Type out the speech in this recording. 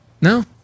No